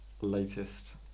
latest